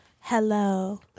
hello